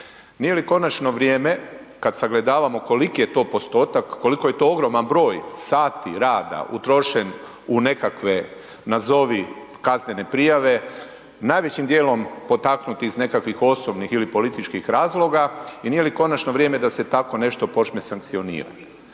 Nije li konačno vrijeme kad sagledavamo koliki je to postotak, koliko je to ogroman broj sati rada utrošen u nekakve nazovi kaznene prijave, najvećim djelom potaknuti iz nekakvih osobnih ili političkih razloga i nije li konačno vrijeme da se takvo nešto počne sankcionirati?